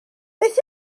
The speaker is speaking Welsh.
beth